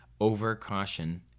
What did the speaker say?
Over-caution